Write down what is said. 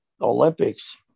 Olympics